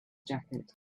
jacket